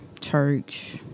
Church